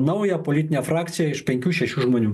naują politinę frakciją iš penkių šešių žmonių